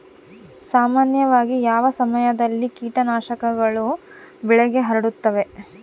ಸಾಮಾನ್ಯವಾಗಿ ಯಾವ ಸಮಯದಲ್ಲಿ ಕೇಟನಾಶಕಗಳು ಬೆಳೆಗೆ ಹರಡುತ್ತವೆ?